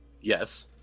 Yes